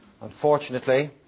Unfortunately